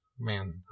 Man